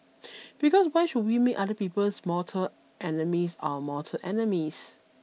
because why should we make other people's mortal enemies our mortal enemies